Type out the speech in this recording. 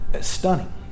Stunning